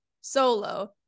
solo